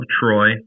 Troy